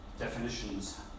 definitions